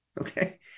Okay